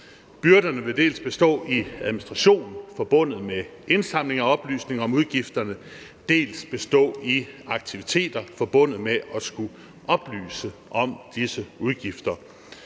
Byrderne vil dels bestå i administration forbundet med indsamling af oplysninger om udgifterne, dels bestå i aktiviteter forbundet med at skulle oplyse om disse udgifter.